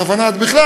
בכלל,